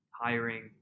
hiring